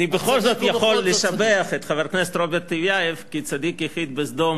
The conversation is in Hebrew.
אני בכל זאת יכול לשבח את חבר הכנסת רוברט טיבייב כצדיק יחיד בסדום